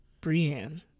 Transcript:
Brienne